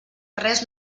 res